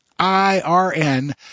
I-R-N